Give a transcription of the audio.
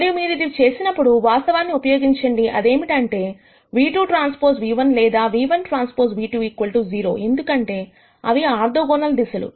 మరియు మీరు ఇది చేసినప్పుడు వాస్తవాన్ని ఉపయోగించండి అదేమిటంటే ν₂Tν₁ లేదా ν₁Tν₂ 0 ఎందుకంటే ఇవి ఆర్థోగోనల్ దిశలు